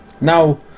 Now